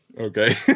Okay